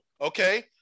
okay